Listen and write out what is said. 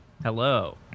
Hello